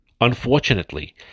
unfortunately